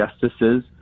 justices